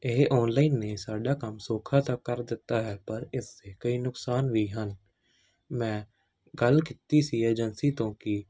ਇਹ ਔਨਲਾਈਨ ਨੇ ਸਾਡਾ ਕੰਮ ਸੌਖਾ ਤਾਂ ਕਰ ਦਿੱਤਾ ਹੈ ਪਰ ਇਸ ਦੇ ਕਈ ਨੁਕਸਾਨ ਵੀ ਹਨ ਮੈਂ ਗੱਲ ਕੀਤੀ ਸੀ ਏਜੰਸੀ ਤੋਂ ਕਿ